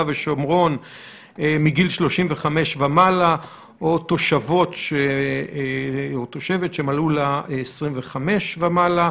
ושומרון מגיל 35 ומעלה או תושבת שמלאו לה 25 ומעלה,